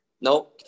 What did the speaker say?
No